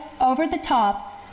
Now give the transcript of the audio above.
over-the-top